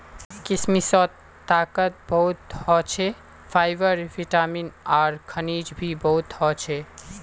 किशमिशत ताकत बहुत ह छे, फाइबर, विटामिन आर खनिज भी बहुत ह छे